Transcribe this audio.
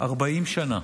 40 שנה.